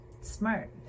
smart